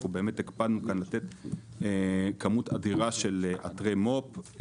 אנחנו הקפדנו לתת כאן כמות אדירה של אתרי מו"פ.